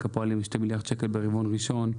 הפועלים הרוויח 2 מיליארד שקל ברבעון הראשון.